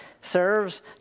serves